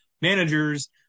managers